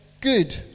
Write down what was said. good